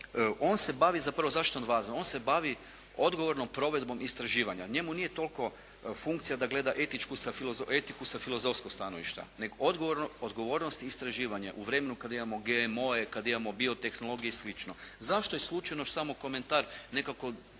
On se bavi, zapravo zašto je on važan? On se bavi odgovornom provedbom istraživanja. Njemu nije toliko funkcija da gleda etiku sa filozofskog stanovišta, nego odgovornost i istraživanje u vremenu kada imamo GMO-e, kada imamo biotehnologije i slično. Zašto je slučajno, još samo komentar, nekako